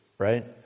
right